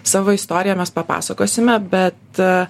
savo istoriją mes papasakosime bet